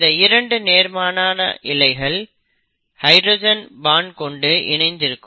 இந்த 2 நேர்மாறான இழைகள் ஹைட்ரஜன் பான்ட் கொண்டு இணைந்து இருக்கும்